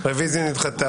הרביזיה נדחתה.